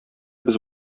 без